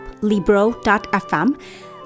Libro.fm